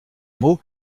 mot